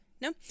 No